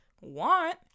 Want